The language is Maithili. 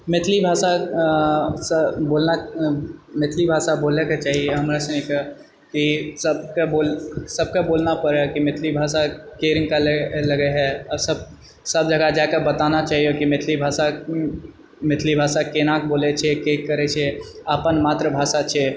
मैथिली भाषासँ बोलना मैथिली भाषा बोलेके चाही हमरा सुनि कऽ ई सबके बोलना सबके बोलना पड़ैत होइ कि मैथिली भाषा केहन नीका लगै हइ सब जगह जाए कए बताना चाहिओ कि मैथिली भाषा मैथिली भाषा केनाके बोलै छै की करैत छै अपन मातृभाषा छै